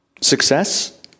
Success